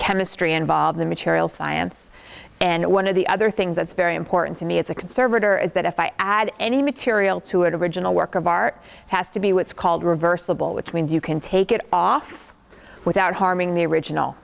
chemistry involved in materials science and one of the other things that's very important to me as a conservator is that if i add any material to it original work of art has to be what's called reversible which means you can take it off without harming the original